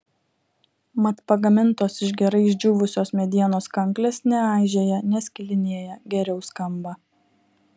mat pagamintos iš gerai išdžiūvusios medienos kanklės neaižėja neskilinėja geriau skamba